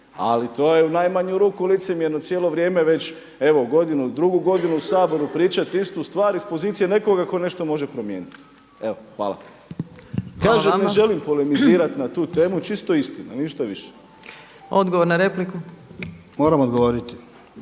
Ali to je u najmanju ruku licemjerno cijelo vrijeme već evo godinu, drugu godinu u Saboru pričati istu stvar iz pozicije nekoga ko nešto može promijeniti. Evo. Hvala. Kažem ne želim polemizirati na tu temu, čisto istina, ništa više. **Opačić, Milanka (SDP)** Odgovor